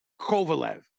Kovalev